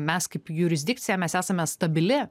mes kaip jurisdikcija mes esame stabili